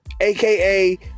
aka